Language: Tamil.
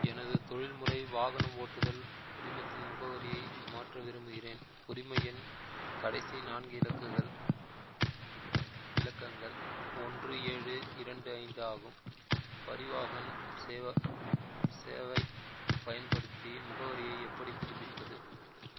எனது தொழில்முறை வாகனம் ஓட்டுதல் உரிமத்தின் முகவரியை மாற்ற விரும்புகிறேன் உரிம எண் கடைசி நான்கு இலக்குகள் இலக்கங்கள் ஒன்று ஏழு இரண்டு ஐந்து ஆகும் பரிவாஹன் சேவா சேவை பயன்படுத்தி முகவரியை எப்படி புதுப்பிப்பது